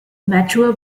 mature